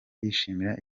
yishimira